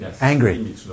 angry